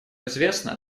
известно